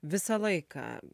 visą laiką